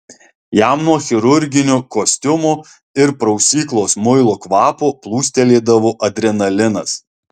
jam nuo chirurginio kostiumo ir prausyklos muilo kvapo plūstelėdavo adrenalinas